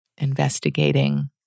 investigating